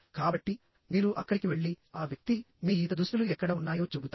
కాబట్టి మీరు అక్కడికి వెళ్లి ఆ వ్యక్తి మీ ఈత దుస్తులు ఎక్కడ ఉన్నాయో చెబుతాడు